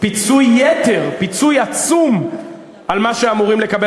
פיצוי יתר, פיצוי עצום על מה שאמורים לקבל.